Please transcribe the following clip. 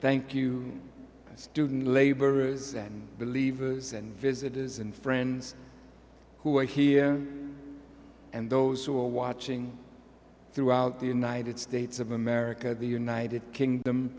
thank you student laborers and believers and visitors and friends who are here and those who are watching throughout the united states of america the united